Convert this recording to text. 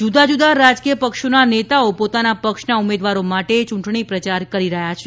જુદા જુદા રાજકીય પક્ષોના નેતાઓ પોતાના પક્ષના ઉમેદવારો માટે ચૂંટણી પ્રચાર કરી રહ્યા છે